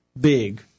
big